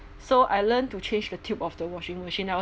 so I learned to change the tube of the washing machine now I